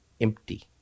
empty